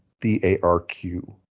D-A-R-Q